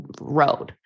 road